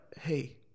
Hey